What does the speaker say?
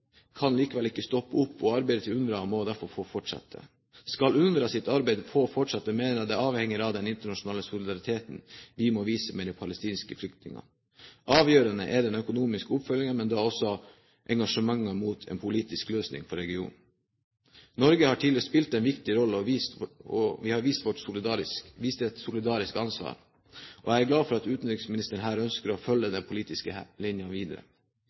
kan likevel ikke stoppe opp, og arbeidet til UNRWA må derfor få fortsette. Skal UNRWAs arbeid få fortsette, mener jeg det avhenger av den internasjonale solidariteten vi må vise med de palestinske flyktningene. Avgjørende er den økonomiske oppfølgingen, men også engasjementet for en politisk løsning for regionen. Norge har tidligere spilt en viktig rolle, og vi har vist et solidarisk ansvar. Jeg er glad for at utenriksministeren her ønsker å følge denne politiske linjen videre.